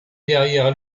derrière